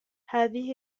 هذه